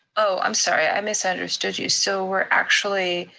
oh, i'm sorry, i misunderstood you. so we're actually,